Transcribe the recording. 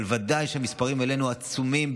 אבל ודאי שהמספרים שלנו עצומים,